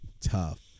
tough